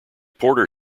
porter